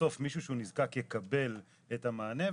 שבסוף מישהו שהוא נזקק יקבל את המענה.